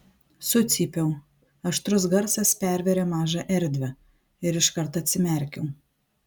sucypiau aštrus garsas pervėrė mažą erdvę ir iškart atsimerkiau